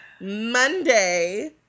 Monday